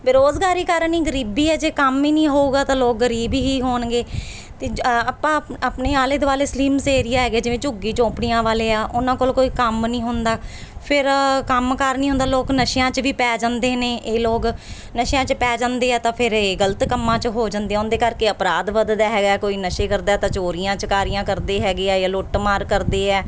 ਬੇਰੁਜ਼ਗਾਰੀ ਕਾਰਨ ਹੀ ਗਰੀਬੀ ਹੈ ਜੇ ਕੰਮ ਹੀ ਨਹੀਂ ਹੋਵੇਗਾ ਤਾਂ ਲੋਕ ਗਰੀਬ ਹੀ ਹੋਣਗੇ ਤੇ ਜ ਆਪਾਂ ਆਪਣੇ ਆਲੇ ਦੁਆਲੇ ਸਲੀਮਸ ਏਰੀਆ ਹੈਗੇ ਜਿਵੇਂ ਝੁੱਗੀ ਝੌਂਪੜੀਆਂ ਵਾਲੇ ਆ ਉਹਨਾਂ ਕੋਲ ਕੋਈ ਕੰਮ ਨਹੀਂ ਹੁੰਦਾ ਫਿਰ ਕੰਮਕਾਰ ਨਹੀਂ ਹੁੰਦਾ ਲੋਕ ਨਸ਼ਿਆਂ 'ਚ ਵੀ ਪੈ ਜਾਂਦੇ ਨੇ ਇਹ ਲੋਕ ਨਸ਼ਿਆਂ 'ਚ ਪੈ ਜਾਂਦੇ ਆ ਤਾਂ ਫਿਰ ਇਹ ਗਲਤ ਕੰਮਾਂ 'ਚ ਹੋ ਜਾਂਦੇ ਉਹਦੇ ਕਰਕੇ ਅਪਰਾਧ ਵੱਧਦਾ ਹੈਗਾ ਕੋਈ ਨਸ਼ੇ ਕਰਦਾ ਤਾਂ ਚੋਰੀਆਂ ਚਕਾਰੀਆਂ ਕਰਦੇ ਹੈਗੇ ਆ ਜਾਂ ਲੁੱਟਮਾਰ ਕਰਦੇ ਹੈ